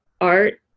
art